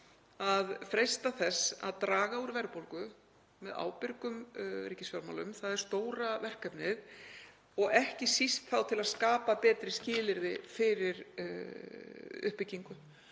að freista þess að draga úr verðbólgu með ábyrgum ríkisfjármálum, það er stóra verkefnið, ekki síst til að skapa betri skilyrði fyrir uppbyggingu.